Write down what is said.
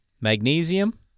magnesium